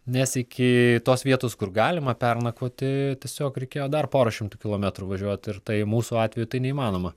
nes iki tos vietos kur galima pernakvoti tiesiog reikėjo dar porą šimtų kilometrų važiuot ir tai mūsų atveju tai neįmanoma